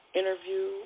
interview